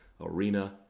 arena